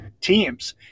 teams